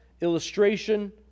illustration